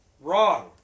Wrong